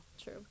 True